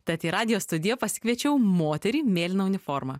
tad į radijo studiją pasikviečiau moterį mėlyna uniforma